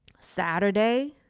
Saturday